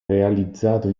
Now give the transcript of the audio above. realizzato